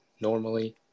normally